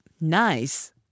nice